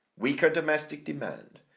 weaker domestic demand,